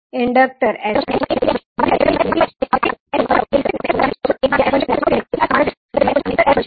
inductor sL બનશે અને L ની કિંમત 1 છે તેથી તે s બનશે